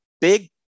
big